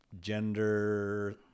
gender